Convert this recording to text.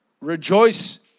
rejoice